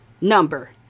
number